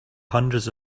hundreds